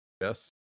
Yes